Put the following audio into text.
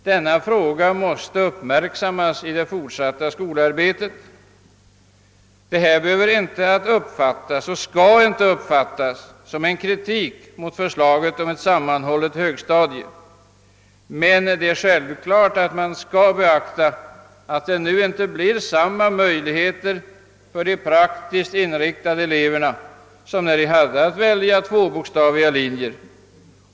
Denna fråga måste uppmärksammas i det fortsatta skolarbetet. Detta behöver inte — och skall inte — uppfattas som kritik mot förslaget om ett sammanhållet högstadium. Men det är självklart att man skall beakta att de praktiskt inriktade eleverna nu inte får samma möjligheter som när de hade möjligheter att välja tvåbokstaviga linjer.